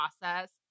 process